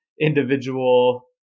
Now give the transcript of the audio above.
individual